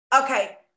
Okay